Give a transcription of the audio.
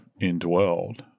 indwelled